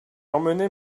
emmené